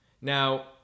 now